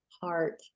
heart